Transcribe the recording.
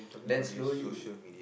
then slowly